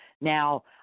Now